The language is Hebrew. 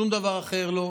שום דבר אחר לא,